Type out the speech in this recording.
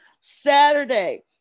Saturday